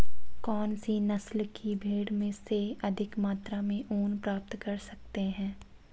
कौनसी नस्ल की भेड़ से अधिक मात्रा में ऊन प्राप्त कर सकते हैं?